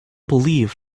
believed